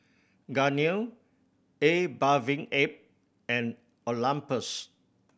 Garnier A Bathing Ape and Olympus